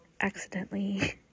accidentally